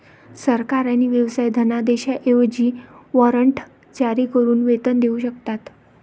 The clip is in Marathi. सरकार आणि व्यवसाय धनादेशांऐवजी वॉरंट जारी करून वेतन देऊ शकतात